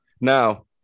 Now